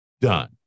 done